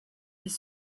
les